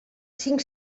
cinc